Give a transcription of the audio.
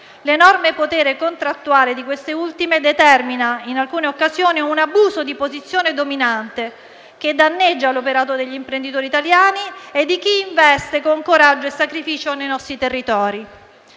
L'enorme potere contrattuale di queste ultime, infatti, determina in alcune occasioni un abuso di posizione dominante, che danneggia l'operato degli imprenditori italiani e di chi investe con coraggio e sacrificio nei nostri territori.